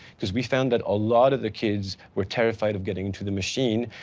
because we found that a lot of the kids were terrified of getting into the machine.